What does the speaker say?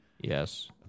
Yes